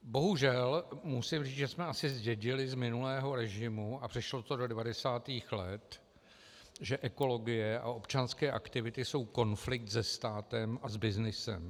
Bohužel musím říct, že jsme asi zdědili z minulého režimu, a přešlo to do 90. let, že ekologie a občanské aktivity jsou konflikt se státem a s byznysem.